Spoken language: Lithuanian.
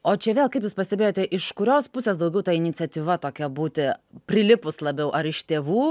o čia vėl kaip jūs pastebėjote iš kurios pusės daugiau ta iniciatyva tokia būti prilipus labiau ar iš tėvų